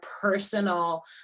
personal